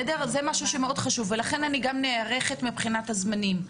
וכך אני גם נערכת מבחינת הזמנים,